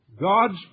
God's